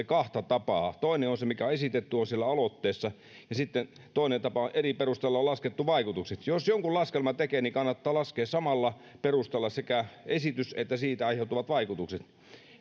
kahta tapaa toinen on se mikä on esitetty siellä aloitteessa ja sitten on toisella tavalla eri perusteella lasketut vaikutukset jos jonkun laskelman tekee niin kannattaa laskea samalla perusteella sekä esitys että siitä aiheutuvat vaikutukset